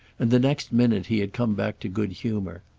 and the next minute he had come back to good humour.